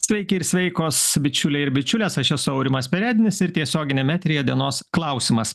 sveiki ir sveikos bičiuliai ir bičiulės aš esu aurimas perednis ir tiesioginiame eteryje dienos klausimas